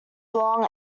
long